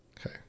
Okay